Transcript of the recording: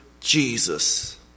Jesus